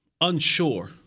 unsure